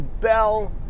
Bell